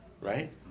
Right